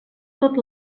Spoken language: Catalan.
tot